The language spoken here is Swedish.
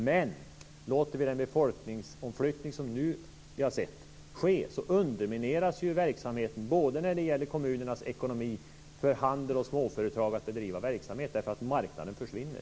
Men om vi låter den befolkningsomflyttning som nu pågår få fortsätta undermineras kommunernas ekonomi och handelns och småföretagens möjligheter att bedriva verksamhet, eftersom marknaden försvinner.